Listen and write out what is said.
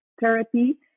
therapy